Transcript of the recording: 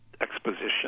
exposition